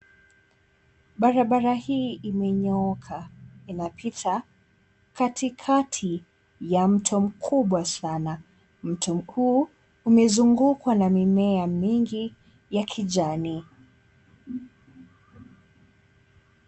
Barabara hii imenyooka inapita katikati ya mto mkubwa sana. Mto mkuu umezungukwa na mimea mingi ya kijani.